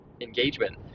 Engagement